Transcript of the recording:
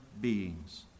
beings